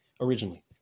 originally